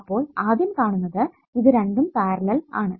അപ്പോൾ ആദ്യം കാണുന്നത് ഇത് രണ്ടും പാരലൽ ആണ്